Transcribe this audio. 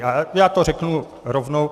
A já to řeknu rovnou.